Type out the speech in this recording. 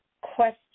question